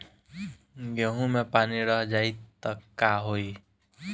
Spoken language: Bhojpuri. गेंहू मे पानी रह जाई त का होई?